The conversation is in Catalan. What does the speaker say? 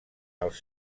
els